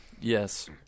Yes